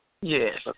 Yes